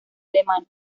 alemana